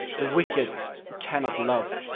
the wicked cannot love.